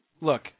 Look